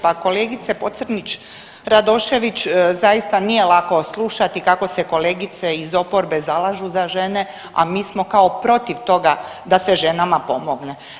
Pa kolegice Pocrnić Radošević zaista nije lako slušati kako se kolegice iz oporbe zalažu za žene, a mi smo kao protiv toga da se ženama pomogne.